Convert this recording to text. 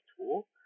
tool